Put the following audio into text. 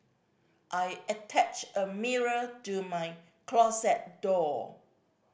I attached a mirror to my closet door